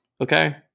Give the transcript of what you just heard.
okay